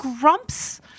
grumps